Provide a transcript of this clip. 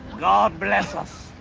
god bless ah